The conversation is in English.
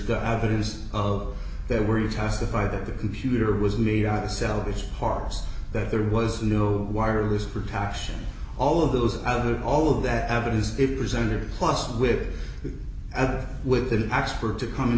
the evidence of there were testified that the computer was made out to salvage parts that there was no wireless protection all of those other all of that evidence if presented plus wit and with an expert to come in